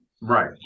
Right